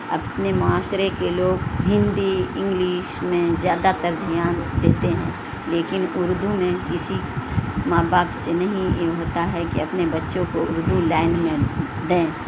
اپنے معاشرے کے لوگ ہندی انگلش میں زیادہ تر دھیان دیتے ہیں لیکن اردو میں کسی ماں باپ سے نہیں یہ ہوتا ہے کہ اپنے بچوں کو اردو لائن میں دیں